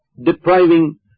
depriving